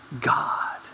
God